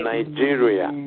Nigeria